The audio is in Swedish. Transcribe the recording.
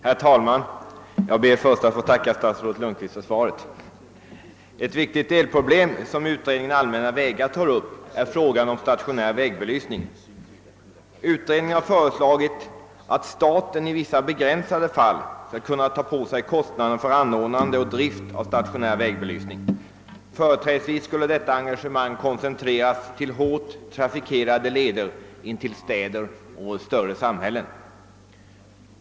Herr talman! Jag ber först att få tacka statsrådet Lundkvist för svaret på min fråga. Ett viktigt delproblem som tas upp av utredningen »Allmänna vägar» är frågan om stationär vägbelysning. Utredningen har föreslagit att staten i vissa begränsade fall skall kunna ta på sig kostnaderna för anordnande och drift av stationär vägbelysning. Företrädesvis skulle detta engagemang koncentreras till hårt trafikerade leder intill städer och större samhällen.